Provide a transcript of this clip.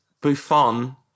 Buffon